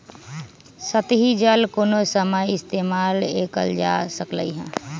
सतही जल कोनो समय इस्तेमाल कएल जा सकलई हई